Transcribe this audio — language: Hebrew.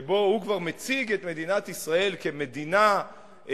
שכבר מציג את מדינת ישראל כמדינה גזענית,